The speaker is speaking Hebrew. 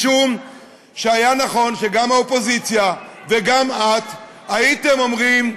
משום שהיה נכון שגם האופוזיציה וגם את הייתם אומרים,